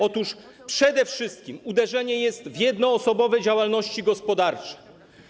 Otóż przede wszystkim uderza się w jednoosobowe działalności gospodarcze.